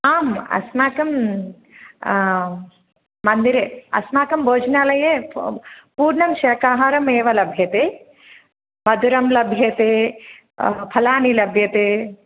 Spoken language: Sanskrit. आम् अस्माकम् मन्दिरे अस्माकं भोजनालये पूर्णं शाकाहारम् एव लभ्यते मधुरं लभ्यते फलानि लभ्यन्ते